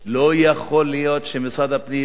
לא יכול להיות שמשרד הפנים,